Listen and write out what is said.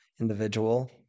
individual